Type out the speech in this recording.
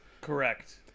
Correct